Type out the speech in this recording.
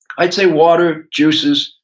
i'd say water, juices,